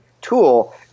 tool